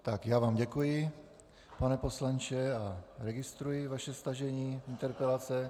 Tak, já vám děkuji, pane poslanče a registruji vaše stažení interpelace.